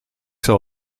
zal